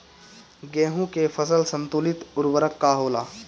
गेहूं के फसल संतुलित उर्वरक का होला?